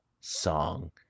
song